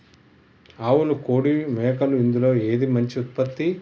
ఆవులు కోడి మేకలు ఇందులో ఏది మంచి ఉత్పత్తి?